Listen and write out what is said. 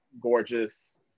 gorgeous